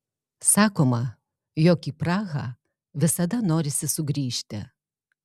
sakoma jog į prahą visada norisi sugrįžti